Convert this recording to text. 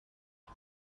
بود